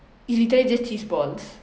it's literally just cheese balls